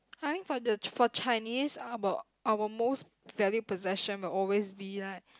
time for the for Chinese how bout our most valid possession that will always be like